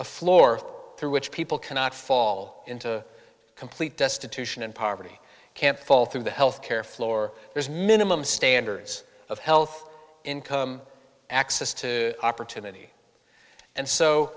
a floor through which people cannot fall into complete destitution and poverty can't fall through the health care floor there's minimum standards of health income access to opportunity and so